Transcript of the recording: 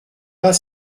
pas